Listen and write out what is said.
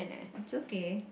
it's okay